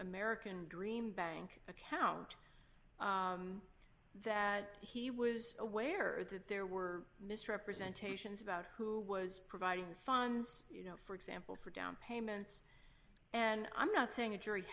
american dream bank account that he was aware that there were misrepresentations about who was providing funds for example for down payments and i'm not saying a jury